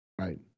Right